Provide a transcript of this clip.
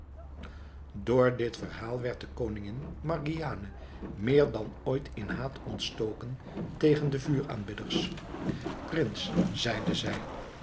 door dit verhaal werd de koningin margiane meer dan ooit in haat ontstoken tegen de vuuraanbidders prins zeide zij